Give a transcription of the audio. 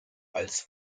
als